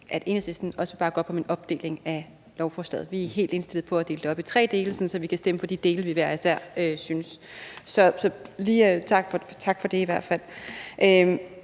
at Enhedslisten også bakker op om en opdeling af lovforslaget. Vi er helt indstillet på at dele det op i tre dele, sådan at vi kan stemme for de dele, vi hver især synes om. Så lige tak for det i hvert fald.